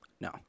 No